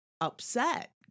upset